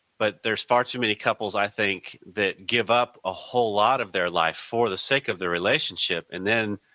but there's far too many couples i think that give up a whole lot of their life for the sake of the relationship and then,